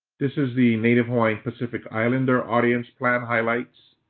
this is the native hawaii pacific islander audience plan highlights.